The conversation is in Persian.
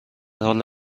حال